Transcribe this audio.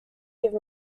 eve